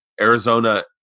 Arizona